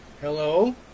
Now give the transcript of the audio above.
hello